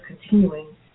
continuing